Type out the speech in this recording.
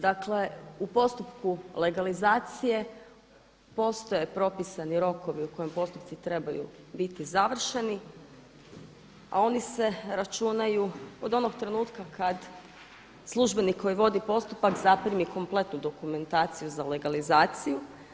Dakle u postupku legalizacije postoje propisani rokovi u kojem postupci trebaju biti završeni a oni se računaju od onog trenutka kada službenik koji vodi postupak zaprimi kompletnu dokumentaciju za legalizaciju.